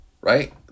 right